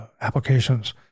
applications